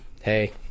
hey